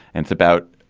it's about